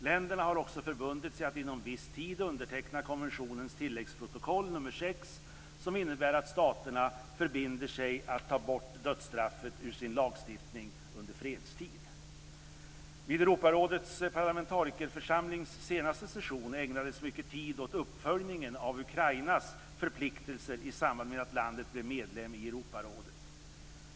Länderna har också förbundit sig att inom viss tid underteckna konventionens tilläggsprotokoll nr 6, som innebär att staterna förbinder sig att ta bort dödsstraffet ur sin lagstiftning under fredstid. Vid Europarådets parlamentarikerförsamlings senaste session ägnades mycket tid åt uppföljningen av Ukrainas förpliktelser i samband med att landet blev medlem i Europarådet.